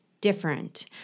different